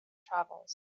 travels